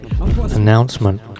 announcement